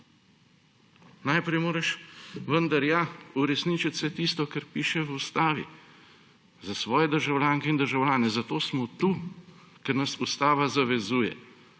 Najprej moraš vendar ja uresničiti vse tisto, kar piše v ustavi, za svoje državljanke in državljane. Zato smo tu, ker nas ustava zavezuje